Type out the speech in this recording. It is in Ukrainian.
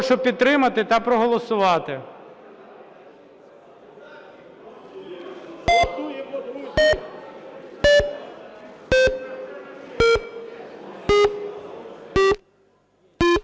Прошу підтримати та проголосувати.